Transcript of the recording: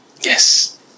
Yes